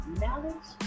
knowledge